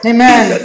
Amen